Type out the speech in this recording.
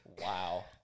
Wow